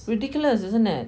ridiculous isn't it